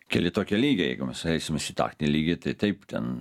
keli tokie lygiai jeigu mes eisims į taktinį lygį tai taip ten